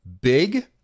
big